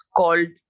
called